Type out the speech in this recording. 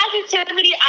positivity